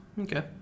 Okay